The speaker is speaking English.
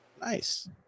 nice